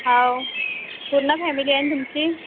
हो पूर्ण फॅमिली आहे ना तुमची